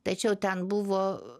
tačiau ten buvo